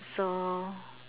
so